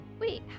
Wait